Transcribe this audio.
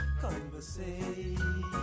conversation